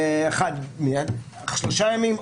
שלושה ימים,